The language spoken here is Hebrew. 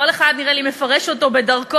כל אחד, נראה לי, מפרש אותו בדרכו.